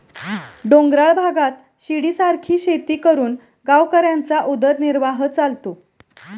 डोंगराळ भागात शिडीसारखी शेती करून गावकऱ्यांचा उदरनिर्वाह चालतो